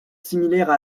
similaires